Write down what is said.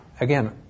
again